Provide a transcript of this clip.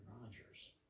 Rodgers